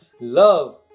love